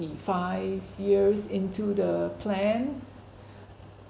in five years into the plan